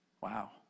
Wow